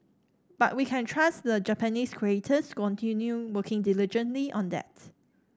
but we can trust the Japanese creators continue working diligently on that